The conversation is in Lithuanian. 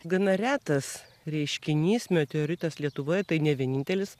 gana retas reiškinys meteoritas lietuvoje tai ne vienintelis